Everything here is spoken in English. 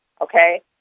Okay